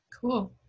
Cool